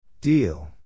Deal